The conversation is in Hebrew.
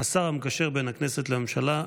השר המקשר בין הכנסת לממשלה,